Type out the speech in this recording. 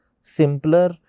simpler